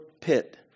pit